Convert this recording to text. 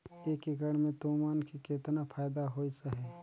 एक एकड़ मे तुमन के केतना फायदा होइस अहे